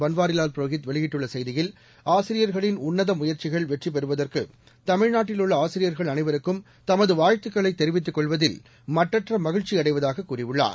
பன்வாரிலால் புரோஹித் வெளியிட்டுள்ள செய்தியில் ஆசிரியர்களின் உன்னத முயற்சிகள் வெற்றி பெறுவதற்கு தமிழ்நாட்டில் உள்ள ஆசிரியர்கள் அனைவருக்கும் தமது வாழ்த்துக்களை தெரிவித்துக் கொள்வதில் மட்டற்ற மகிழ்ச்சி அடைவதாக கூறியுள்ளார்